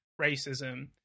racism